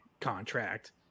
contract